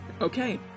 okay